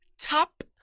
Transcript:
Top